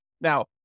now